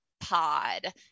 Pod